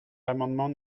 l’amendement